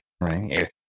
right